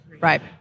Right